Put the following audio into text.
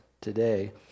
today